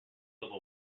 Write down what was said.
civil